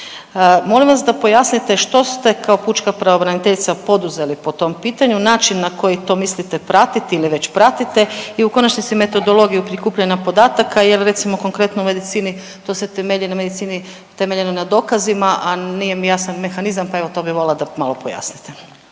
Molim vas da pojasnite što ste kao pučka pravobraniteljica poduzeli po tom pitanju. Način na koji to mislite pratiti ili već pratite i u konačnici metodologiju prikupljanja podataka jer recimo konkretno u medicini to se temelji na medicini temeljeno na dokazima, a nije mi jasan mehanizam pa evo to bi volila da malo pojasnite.